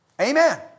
Amen